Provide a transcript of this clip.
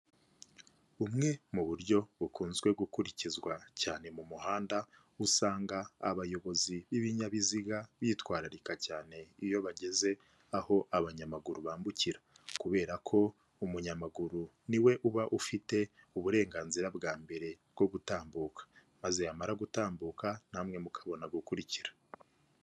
Bumwe mu buryo bukunzwe gukurikizwa cyane mu muhanda usanga abayobozi b'ibinyabiziga bitwararika cyane iyo bageze aho abanyamaguru bambukira, kubera ko umunyamaguru niwe uba ufite uburenganzira bwa mbere bwo gutambuka, maze yamara gutambuka namwe mukabona gukurikira.